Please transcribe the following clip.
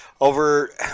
over